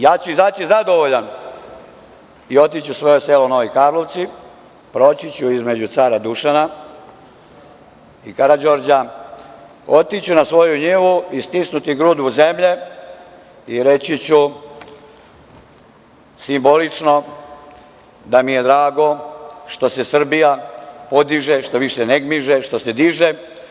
Ja ću izaći zadovoljan i otići u svoje selo, u Nove Karlovci, proći ću između Cara Dušana i Karađorđa, otići ću na svoju njivu i stisnuti grudu zemlje i reći ću simbolično da mi je drago što se Srbija podiže, štoviše ne gmiže, što se diže.